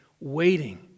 Waiting